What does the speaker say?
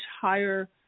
higher